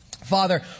Father